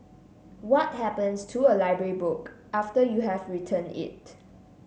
what happens to a library book after you have returned it